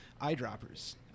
eyedroppers